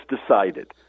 decided